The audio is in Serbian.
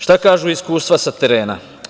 Šta kažu iskustva sa terena?